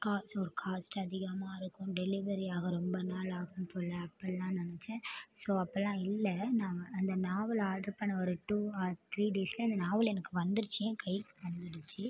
cos or cost அதிகமாக இருக்கும் delivery ஆக ரொம்ப நாள் ஆகும் போல அப்புடிலாம் நெனச்சேன் ஸோ அப்புடிலாம் இல்லை நான் அந்த நாவல் ஆட்ரு பண்ணேன் ஒரு டூ ஆர் த்ரீ டேஸில் அந்த நாவல் எனக்கு வந்துடுச்சு என் கைக்கு வந்துடுச்சு